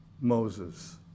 Moses